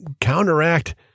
counteract